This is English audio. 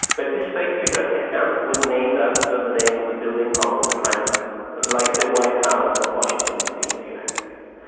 but this fake twitter account was named after the name of the building of the prime minister, like the white house in washington dc in the united states.